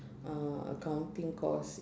uh accounting course